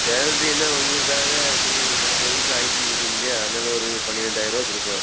சேலரினா உங்களுக்காக சரி நாற்பது வயது ஆயிட்டுன்னு சொல்கிறிங்க இல்லையா அதனால ஒரு பன்னிரெண்டாயர ரூவா கொடுக்கலாம்